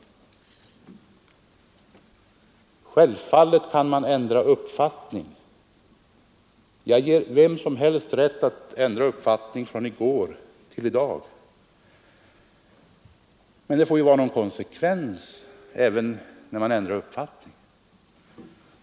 Självfallet kan man ändra uppfattning — jag ger vem som helst rätt att ändra uppfattning från i går till i dag — men det får ju vara någon konsekvens även när man gör detta.